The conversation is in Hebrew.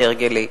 כהרגלי?